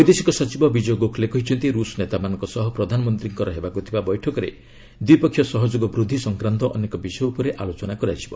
ବୈଦେଶିକ ସଚିବ ବିଜୟ ଗୋଖଲେ କହିଛନ୍ତି ରୁଷ୍ ନେତାମାନଙ୍କ ସହ ପ୍ରଧାନମନ୍ତ୍ରୀଙ୍କର ହେବାକୁଥିବା ବୈଠକରେ ଦ୍ୱିପକ୍ଷିୟ ସହଯୋଗ ବୃଦ୍ଧି ସଂକ୍ରାନ୍ତ ଅନେକ ବିଷୟ ଉପରେ ଆଲୋଚନା କରାଯିବ